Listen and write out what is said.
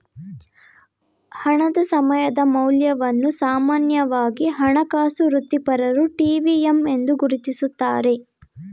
ಹಣದ ಸಮಯದ ಮೌಲ್ಯವನ್ನು ಸಾಮಾನ್ಯವಾಗಿ ಹಣಕಾಸು ವೃತ್ತಿಪರರು ಟಿ.ವಿ.ಎಮ್ ಎಂದು ಗುರುತಿಸುತ್ತಾರೆ